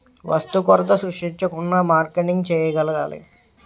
వస్తు కొరత సృష్టించకుండా మార్కెటింగ్ చేయగలగాలి